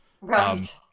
Right